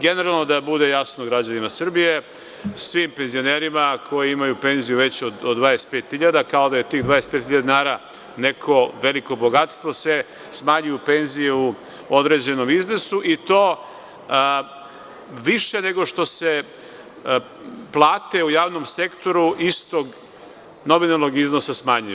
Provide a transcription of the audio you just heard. Generalno, da bude jasno građanima Srbije, svim penzionerima, koji imaju penziju veću od 25.000 dinara, kao da je tih 25.000 dinara neko veliko bogatstvo se smanjuju penzije u određenom iznosu i to više nego što se plate u javnom sektoru istog nominalnog iznosa smanjuju.